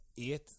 eight